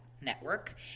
network